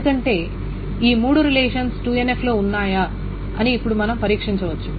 ఎందుకంటే ఈ మూడు రిలేషన్స్ 2NF లో ఉన్నాయా అని ఇప్పుడు మనం పరీక్షించవచ్చు